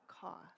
cost